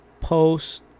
post